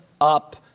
up